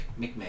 McMahon